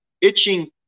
itching